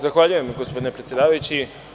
Zahvaljujem, gospodine predsedavajući.